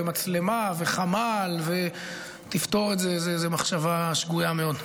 מצלמה וחמ"ל יפתרו את זה היא מחשבה שגויה מאוד.